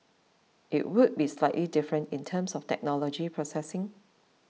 it would be slightly different in terms of technology processing